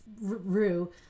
rue